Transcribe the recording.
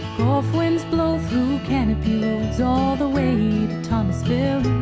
gulf winds blow through canopy roads, all the way to thomasville.